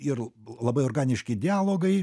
ir labai organiški dialogai